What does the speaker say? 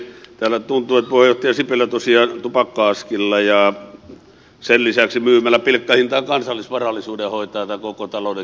täällä tuntuu että puheenjohtaja sipilä tosiaan tupakka askilla ja sen lisäksi myymällä pilkkahintaan kansallisvarallisuuden hoitaa tämän koko talouden kehityksen